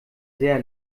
sehr